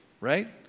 right